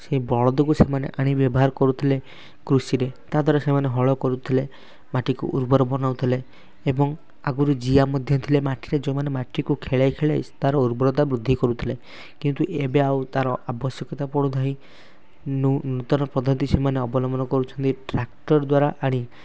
ସେ ବଳଦକୁ ସେମାନେ ଆଣି ବ୍ୟବହାର କରୁଥିଲେ କୃଷିରେ ତାଦ୍ୱାରା ସେମାନେ ହଳ କରୁଥିଲେ ମାଟିକୁ ଉର୍ବର ବନଉଥିଲେ ଏବଂ ଆଗରୁ ଜିଆ ମଧ୍ୟ ଥିଲେ ମାଟିରେ ଯେଉଁ ମାନେ ମାଟିକୁ ଖେଳାଇ ଖେଳାଇ ତାର ଉର୍ବରତା ବୃଦ୍ଧି କରୁଥିଲେ କିନ୍ତୁ ଏବେ ଆଉ ତାର ଆବଶ୍ୟକତା ପଡ଼ୁନାହିଁ ନୂତନ ପଦ୍ଧତି ସେମାନେ ଅବଲମ୍ବନ କରୁଛନ୍ତି ଟ୍ରାକ୍ଟର୍ ଦ୍ୱାରା ଆଣି